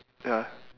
ya